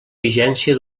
vigència